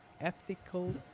ethical